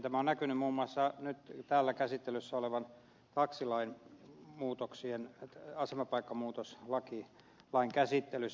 tämä on näkynyt muun muassa nyt täällä käsittelyssä olevan taksilain muutoksien asemapaikkamuutoslain käsittelyssä